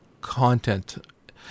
content